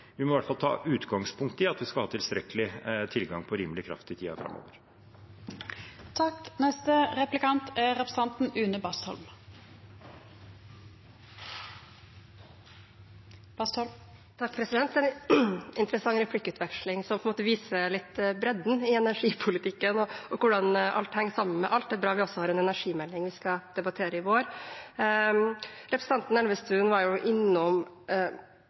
ha tilstrekkelig tilgang på rimelig kraft i tiden framover. Dette er en interessant replikkutveksling som viser litt av bredden i energipolitikken, og hvordan alt henger sammen med alt. Det er bra vi også får en energimelding som vi kan få debattere i vår. Representanten Elvestuen var innom